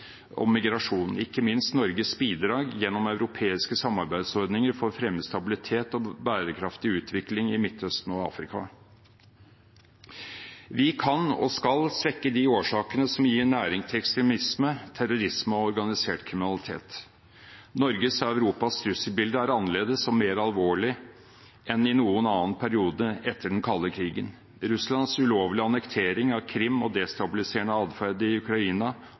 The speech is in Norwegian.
om migrasjon og ikke minst Norges bidrag gjennom europeiske samarbeidsordninger for å fremme stabilitet og bærekraftig utvikling i Midtøsten og i Afrika. Vi kan og skal svekke de årsakene som gir næring til ekstremisme, terrorisme og organisert kriminalitet. Norges og Europas trusselbilde er annerledes og mer alvorlig enn i noen annen periode etter den kalde krigen. Russlands ulovlige annektering av Krim og destabiliserende adferd i Ukraina